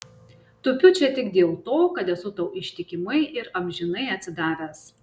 tupiu čia tik dėl to kad esu tau ištikimai ir amžinai atsidavęs